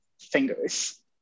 fingers